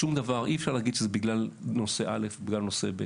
אי אפשר להגיד מה היא הסיבה, או מה הגורם.